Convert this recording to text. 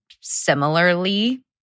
similarly